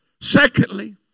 Secondly